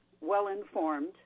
well-informed